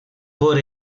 por